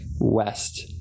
west